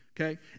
okay